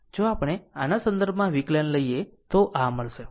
જો આપણે આના સંદર્ભમાં વિકલન લઈએ તો આ મળશે